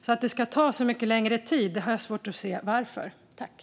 Jag har svårt att se varför det ska ta så mycket längre tid.